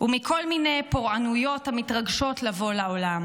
ומכל מיני פורענויות המתרגשות לבוא לעולם"